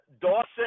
Dawson